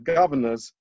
governors